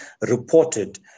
reported